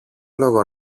λόγο